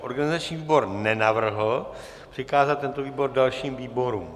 Organizační výbor nenavrhl přikázat tento návrh dalším výborům.